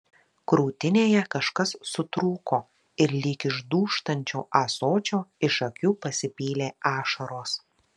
krūtinėje kažkas sutrūko ir lyg iš dūžtančio ąsočio iš akių pasipylė ašaros